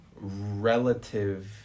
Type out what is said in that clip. relative